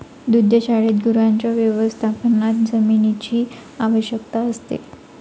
दुग्धशाळेत गुरांच्या व्यवस्थापनात जमिनीची आवश्यकता असते